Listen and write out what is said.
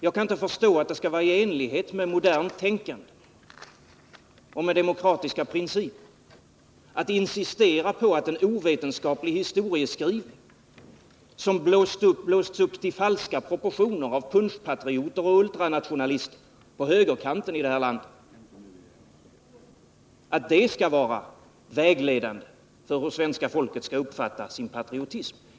Jag kan inte förstå att det skall vara i enlighet med modernt tänkande och med demokratiska principer att insistera på att en ovetenskaplig historieskrivning, som blåsts upp till falska proportioner av punschpatrioter och ultranationalister på högerkanten i det här landet, skall få vara vägledande för hur svenska folket skall uppfatta sin patriotism.